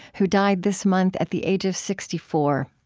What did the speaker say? who died this month at the age of sixty four.